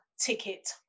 ticket